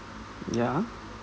ya